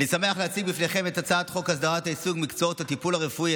אני שמח להציג בפניכם את הצעת חוק הסדרת העיסוק במקצועות הטיפול הרפואי,